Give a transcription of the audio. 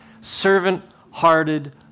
Servant-hearted